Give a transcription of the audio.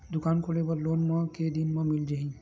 दुकान खोले बर लोन मा के दिन मा मिल जाही?